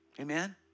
Amen